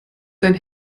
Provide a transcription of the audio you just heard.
sein